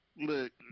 Look